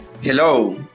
Hello